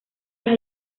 las